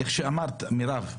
איך שאמרת מירב,